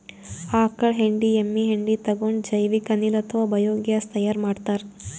ಆಕಳ್ ಹೆಂಡಿ ಎಮ್ಮಿ ಹೆಂಡಿ ತಗೊಂಡ್ ಜೈವಿಕ್ ಅನಿಲ್ ಅಥವಾ ಬಯೋಗ್ಯಾಸ್ ತೈಯಾರ್ ಮಾಡ್ತಾರ್